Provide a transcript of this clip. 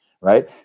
right